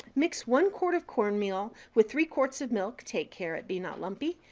mix one quart of cornmeal with three quarts of milk. take care it be not lumpy.